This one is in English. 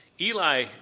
Eli